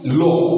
law